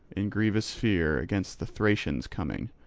in grievous fear against the thracians' coming.